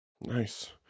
Nice